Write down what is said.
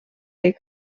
jej